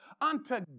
unto